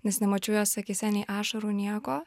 nes nemačiau jos akyse nei ašarų nieko